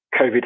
COVID